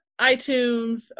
iTunes